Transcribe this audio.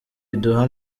iduha